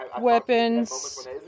weapons